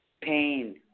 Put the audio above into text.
Pain